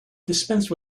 dispense